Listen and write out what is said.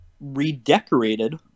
redecorated